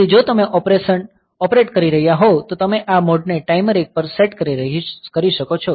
તેથી જો તમે ઓપરેટ કરી રહ્યાં હોવ તો તમે આ મોડને ટાઈમર 1 પર સેટ કરી શકો છો